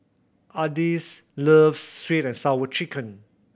Ardyce loves Sweet And Sour Chicken